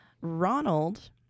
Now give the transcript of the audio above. Ronald